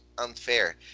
Unfair